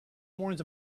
warns